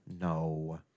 No